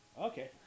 Okay